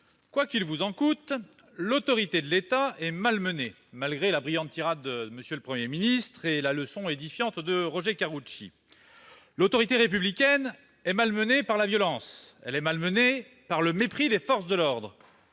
quoi qu'il vous en coûte, l'autorité de l'État est malmenée, malgré la brillante tirade de M. le Premier ministre en réponse à l'intervention édifiante de Roger Karoutchi. L'autorité républicaine est malmenée par la violence, par le mépris des forces de l'ordre,